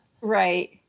right